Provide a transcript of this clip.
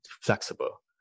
flexible